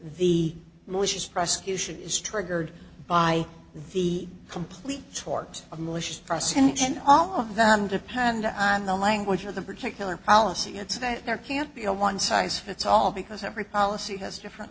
the malicious prosecution is triggered by the complete towards a malicious press and all of them depend on the language of the particular policy and so that there can't be a one size fits all because every policy has a different